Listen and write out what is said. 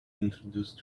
introduce